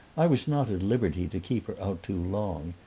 i was not at liberty to keep her out too long,